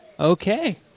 Okay